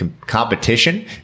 competition